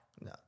no